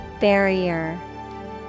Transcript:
Barrier